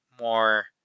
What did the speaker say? more